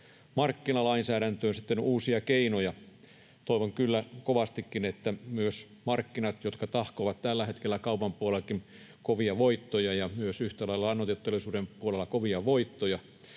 markkinalainsäädäntöön sitten uusia keinoja. Toivon kyllä kovastikin, että myös markkinat, jotka tahkoavat tällä hetkellä kaupan puolellakin kovia voittoja ja myös yhtä lailla lannoiteteollisuuden puolella kovia voittoja,